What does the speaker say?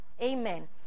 Amen